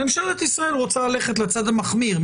ממשלת ישראל רוצה ללכת לצד המחמיר.